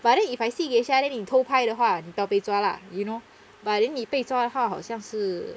but then if I see geisha then 你偷拍的话你不要被抓 lah you know but then 你被抓好像是